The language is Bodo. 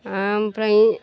आमफ्राय